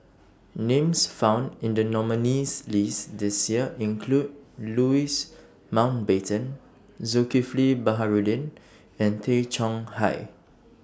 Names found in The nominees' list This Year include Louis Mountbatten Zulkifli Baharudin and Tay Chong Hai